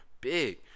big